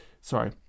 sorry